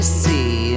see